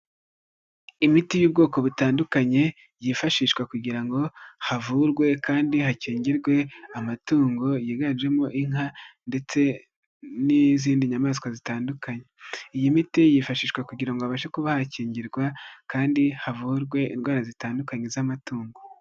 Imiti y'ubwoko butandukanye yifashishwa kugira ngo havurwe kandi hakingirwe amatungo yiganjemo inka ndetse n'izindi nyamaswa zitandukanye. Iyi miti yifashishwa kugira ngo habashe kuba hakingirwa kandi havurwe indwara zitandukanye z'amatungo.